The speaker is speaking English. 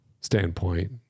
standpoint